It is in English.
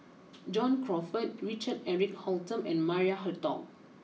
John Crawfurd Richard Eric Holttum and Maria Hertogh